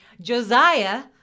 Josiah